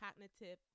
cognitive